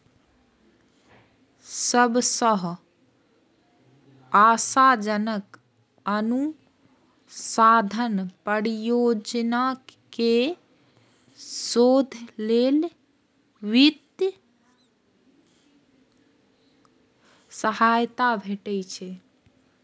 सबसं आशाजनक अनुसंधान परियोजना कें शोध लेल वित्तीय सहायता भेटै छै